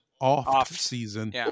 off-season